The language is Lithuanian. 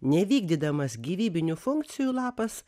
nevykdydamas gyvybinių funkcijų lapas